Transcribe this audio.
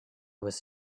was